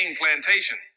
plantation